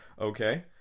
Okay